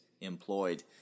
employed